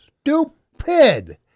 Stupid